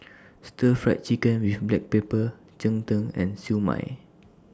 Stir Fry Chicken with Black Pepper Cheng Tng and Siew Mai